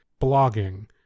blogging